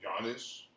Giannis